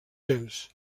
temps